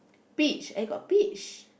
peach I got peach